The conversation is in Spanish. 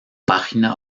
página